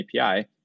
API